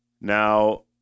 Now